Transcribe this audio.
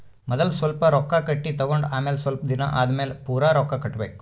ಮದಲ್ ಸ್ವಲ್ಪ್ ರೊಕ್ಕಾ ಕಟ್ಟಿ ತಗೊಂಡ್ ಆಮ್ಯಾಲ ಸ್ವಲ್ಪ್ ದಿನಾ ಆದಮ್ಯಾಲ್ ಪೂರಾ ರೊಕ್ಕಾ ಕಟ್ಟಬೇಕ್